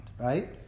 right